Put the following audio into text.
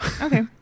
Okay